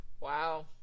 Wow